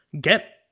get